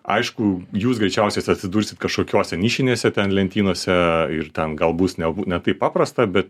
aišku jūs greičiausiai atsidursit kažkokiose nišinėse ten lentynose ir ten gal bus ne ne taip paprasta bet